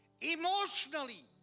emotionally